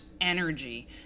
energy